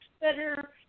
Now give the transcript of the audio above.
better